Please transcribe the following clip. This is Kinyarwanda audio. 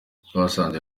twasanze